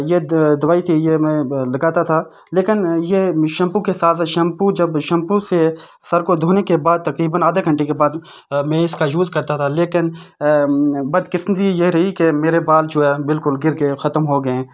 یہ دوائی تھی یہ میں لگاتا تھا لیکن یہ شیمپو کے ساتھ ہے شیمپو جب شیمپو سے سر کو دھونے کے بعد تقریباً آدھے گھنٹے کے بعد میں اس کا یوز کرتا تھا لیکن بد قسمتی یہ رہی کہ میرے بال جو ہے بالکل گر گیے ختم ہو گیے ہیں